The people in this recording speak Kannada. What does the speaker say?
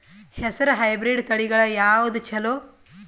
ಹೆಸರ ಹೈಬ್ರಿಡ್ ತಳಿಗಳ ಯಾವದು ಚಲೋ?